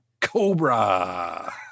Cobra